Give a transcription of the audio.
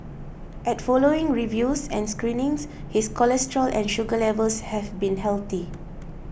at following reviews and screenings his cholesterol and sugar levels have been healthy